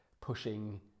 pushing